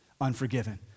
unforgiven